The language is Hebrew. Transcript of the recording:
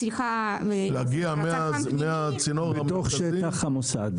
בתוך שטח המוסד.